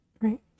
Right